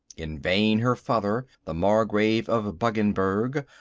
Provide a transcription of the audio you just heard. in vain her father, the margrave of buggensberg,